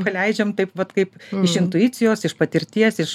paleidžiam taip vat kaip iš intuicijos iš patirties iš